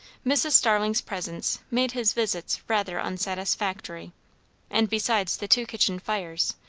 mrs. starling's presence made his visits rather unsatisfactory and besides the two kitchen fires,